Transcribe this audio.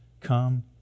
Come